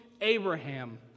Abraham